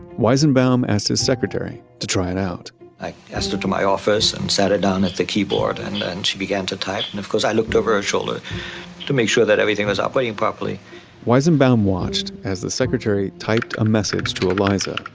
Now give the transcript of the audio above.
weizenbaum asked his secretary to try it out i asked her to my office and sat her down at the keyboard and then she began to type, and of course i looked over our shoulder to make sure that everything was operating properly weizenbaum watched as the secretary typed a message to eliza,